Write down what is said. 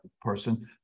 person